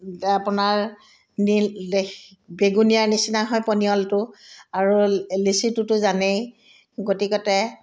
আপোনাৰ নীল বেগুনীয়াৰ নিচিনা হয় পনিয়লটো আৰু লিচিটোতো জানেই গতিকতে